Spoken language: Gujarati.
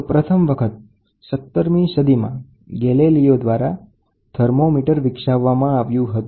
તો પ્રથમ વખત 17મી સદીમાં ગેલેલિયો દ્વારા થર્મોમીટર વિકસાવામાં આવ્યું હતું